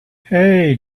hey